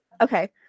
Okay